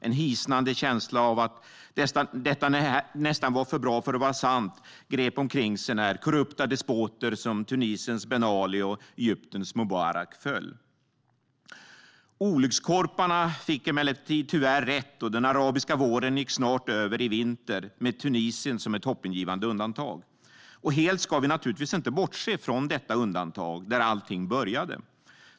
En hisnande känsla av att detta nästan var för bra för att vara sant grep omkring sig när korrupta despoter som Tunisiens Ben Ali och Egyptens Mubarak föll. Olyckskorparna fick emellertid tyvärr rätt, och den arabiska våren gick snart över i vinter, med Tunisien som ett hoppingivande undantag. Och helt ska vi naturligtvis inte bortse från detta undantag, där allting började.